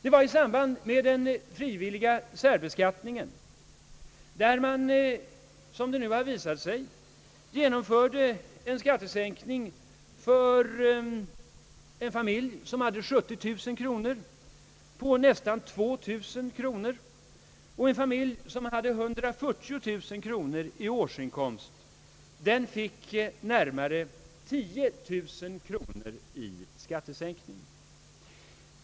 Den s.k. frivilliga särbeskattningen leder nämligen till att en familj med 70 000 kronor i inkomst erhåller en skattesänkning på nästan 2 000 kronor, medan en familj med 140 000 kronor i årsinkomst erhåller närmare 10 000 kronor i skattesänkning.